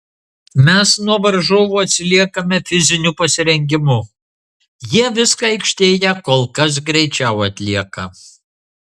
mes nuo varžovų atsiliekame fiziniu pasirengimu jie viską aikštėje kol kas greičiau atlieka